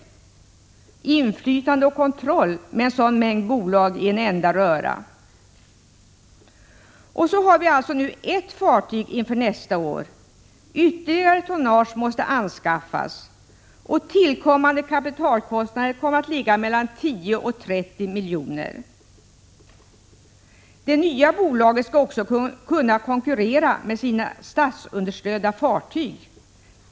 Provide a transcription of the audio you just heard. Och inflytande och kontroll med en sådan mängd bolag i en enda röra? Så har vi alltså nu ett fartyg inför nästa år. Ytterligare tonnage måste anskaffas, och tillkommande kapitalkostnader kommer att ligga mellan 10 och 30 milj.kr. Det nya bolaget skall också kunna konkurrera med sina statsunderstödda fartyg.